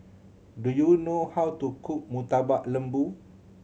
do you know how to cook Murtabak Lembu